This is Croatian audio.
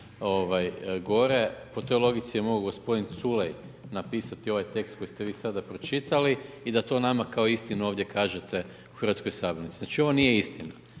gore. Po toj logici je mogao gospodin Culej napisati ovaj tekst koji ste vi sada pročitali i da to nama kao istinu ovdje kažete u hrvatskoj sabornici. Znači ovo nije istina.